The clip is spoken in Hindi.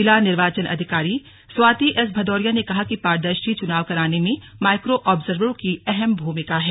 जिला निर्वाचन अधिकारी स्वाति एस भदौरिया ने कहा कि पारदर्शी चुनाव कराने में माइक्रो ऑब्जर्वर की अहम भूमिका है